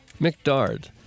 McDard